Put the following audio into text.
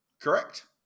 Correct